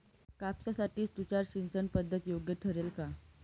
कापसासाठी तुषार सिंचनपद्धती योग्य ठरेल का?